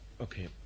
Okay